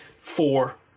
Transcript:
four